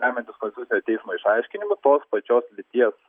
remiantis konstitucinio teismo išaiškinimu tos pačios lyties